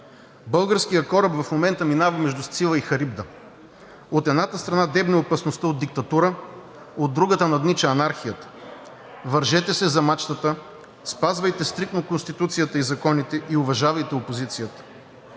Българският кораб в момента минава между Сцила и Харибда. От едната страна дебне опасността от диктатура, от другата наднича анархията. Вържете се за мачтата, спазвайте стриктно Конституцията и законите и уважавайте опозицията.